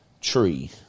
tree